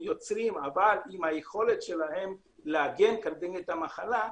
יוצרים והיכולת שלהם להתמודד עם המחלה,